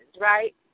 right